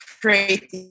create